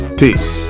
peace